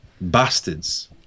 bastards